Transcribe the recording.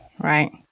right